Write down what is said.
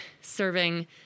serving